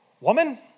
Woman